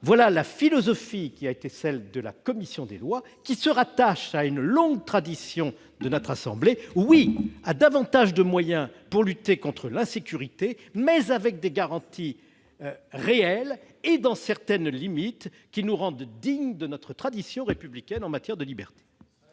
débat. La philosophie de la commission, des lois qui se rattache à une longue tradition de notre assemblée, est la suivante : oui à davantage de moyens pour lutter contre l'insécurité, mais avec des garanties réelles et dans certaines limites dignes de notre tradition républicaine en matière de liberté.